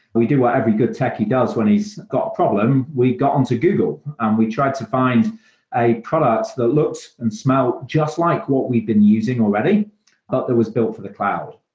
we do what every good techy does when he's got a problem, we got into google and we tried to find a product that looks and smelt just like what we've been using already, but it was built for the cloud.